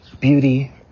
Beauty